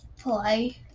play